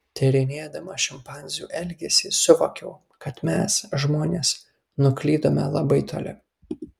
tyrinėdama šimpanzių elgesį suvokiau kad mes žmonės nuklydome labai toli